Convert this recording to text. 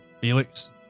Felix